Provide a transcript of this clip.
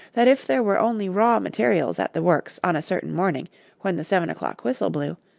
that if there were only raw materials at the works on a certain morning when the seven-o'clock whistle blew,